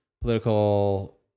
political